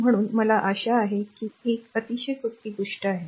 म्हणून मला आशा आहे की ही एक अतिशय सोपी गोष्ट आहे